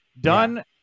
done